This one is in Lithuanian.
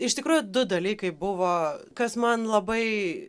iš tikrųjų du dalykai buvo kas man labai